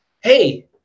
Hey